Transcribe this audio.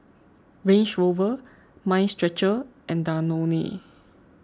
Range Rover Mind Stretcher and Danone